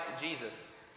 Jesus